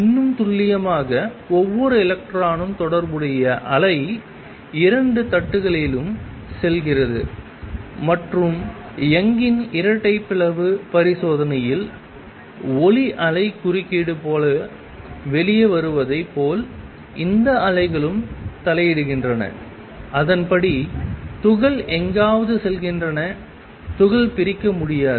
இன்னும் துல்லியமாக ஒவ்வொரு எலக்ட்ரானுடனும் தொடர்புடைய அலை இரண்டு தட்டுகளிலும் செல்கிறது மற்றும் யங்கின் Youngs இரட்டை பிளவு பரிசோதனையில் ஒளி அலை குறுக்கீடு போல வெளியே வருவதை போல் இந்த அலைகளும் தலையிடுகின்றன அதன்படி துகள் எங்காவது செல்கின்றன துகள் பிரிக்க முடியாது